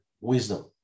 wisdom